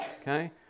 okay